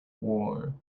war